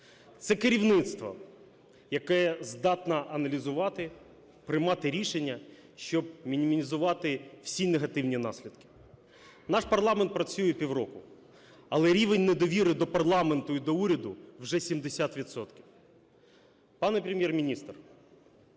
це керівництво, яке здатне аналізувати, приймати рішення, щоб мінімізувати всі негативні наслідки. Наш парламент працює півроку, але рівень недовіри до парламенту і до уряду – вже 70 відсотків. Пане Прем'єр-міністр,